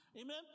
Amen